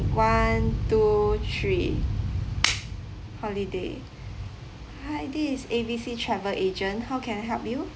one two three holiday hi is A B C travel agent how can I help you